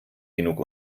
genug